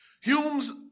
Hume's